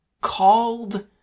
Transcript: called